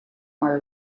were